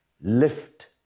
lift